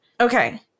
Okay